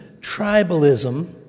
tribalism